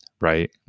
right